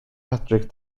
patrick